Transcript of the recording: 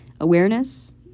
awareness